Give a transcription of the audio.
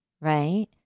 right